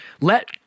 Let